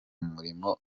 mulimo